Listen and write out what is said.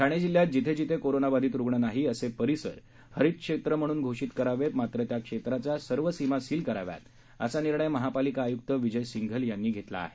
ठाणे जिल्ह्यात जिथे जिथे कोरोनाबाधित रुग्ण नाही असे परिसर हरित क्षेत्र म्हणून घोषित करावं मात्र त्या क्षेत्राच्या सर्व सीमा सील कराव्यात असा निर्णय महापालिका आयुक्त विजय सिंघल यांनी घेतला आहे